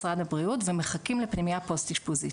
משרד הבריאות ומחכים לפנימייה פוסט-אשפוזית,